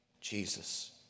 Jesus